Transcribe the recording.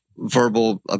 verbal